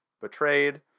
betrayed